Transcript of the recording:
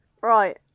Right